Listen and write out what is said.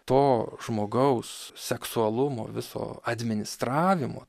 to žmogaus seksualumo viso administravimo